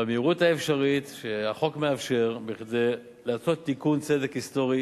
במהירות שהחוק מאפשר כדי לעשות תיקון צדק היסטורי.